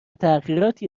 تغییراتی